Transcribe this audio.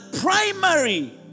primary